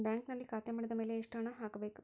ಬ್ಯಾಂಕಿನಲ್ಲಿ ಖಾತೆ ಮಾಡಿದ ಮೇಲೆ ಎಷ್ಟು ಹಣ ಹಾಕಬೇಕು?